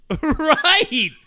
Right